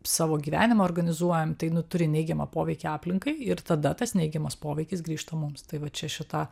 savo gyvenimą organizuojam tai nu turi neigiamą poveikį aplinkai ir tada tas neigiamas poveikis grįžta mums tai vat čia šita